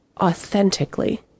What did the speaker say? authentically